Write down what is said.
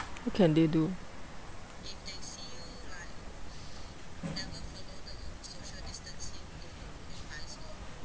what can they do